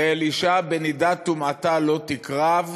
"ואל אשה בנדת ומאתה לא תקרב"